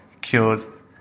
cures